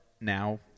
now